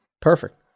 Perfect